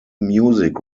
music